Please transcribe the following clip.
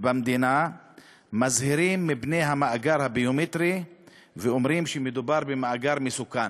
במדינה מזהירים מפני המאגר הביומטרי ואומרים שמדובר במאגר מסוכן.